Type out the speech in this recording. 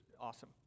awesome